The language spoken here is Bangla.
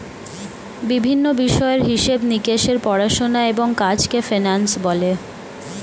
বিভিন্ন বিষয়ের হিসেব নিকেশের পড়াশোনা এবং কাজকে ফিন্যান্স বলে